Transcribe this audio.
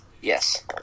Yes